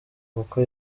kuko